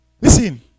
Listen